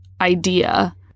idea